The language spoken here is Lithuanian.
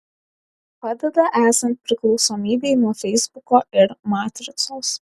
padeda esant priklausomybei nuo feisbuko ir matricos